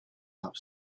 off